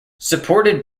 supported